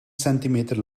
centimeter